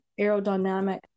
aerodynamic